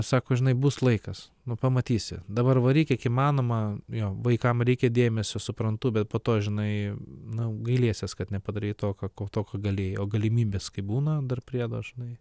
sako žinai bus laikas nu pamatysi dabar varyk kiek įmanoma jo vaikam reikia dėmesio suprantu bet po to žinai nu gailėsiesi kad nepadarei tokio to ko galėjai o galimybės kai būna dar priedo žinai